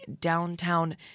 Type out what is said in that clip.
downtown